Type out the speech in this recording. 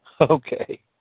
okay